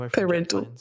parental